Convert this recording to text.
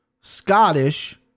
Scottish